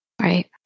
Right